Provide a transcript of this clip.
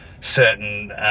certain